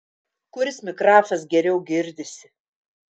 kuris mikrafas geriau girdisi